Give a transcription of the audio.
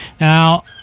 now